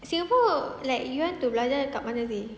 singapore like you want to belajar dekat mana seh